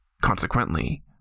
Consequently